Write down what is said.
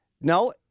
No